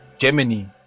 Germany